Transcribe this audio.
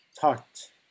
talked